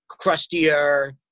crustier